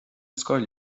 scoil